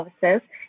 services